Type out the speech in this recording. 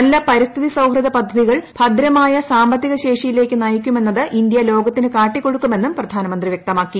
നല്ല പരിസ്ഥിതി സൌഹൃദ പദ്ധതികൾ ഭദ്രമായ സാമ്പത്തിക ശേഷിയിലേക്ക് നയിക്കുമെന്നത് ഇന്ത്യ ലോകത്തിന് കാട്ടിക്കൊടുക്കുമെന്നും പ്രധാനമന്ത്രി വ്യക്തമാക്കി